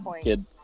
kid